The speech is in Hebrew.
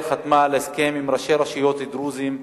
חתמה על הסכם עם ראשי רשויות דרוזים,